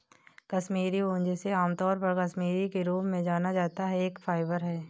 कश्मीरी ऊन, जिसे आमतौर पर कश्मीरी के रूप में जाना जाता है, एक फाइबर है